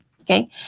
Okay